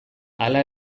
hala